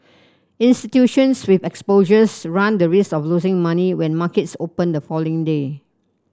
institutions with exposures run the risk of losing money when markets open the following day